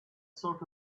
sort